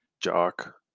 Jock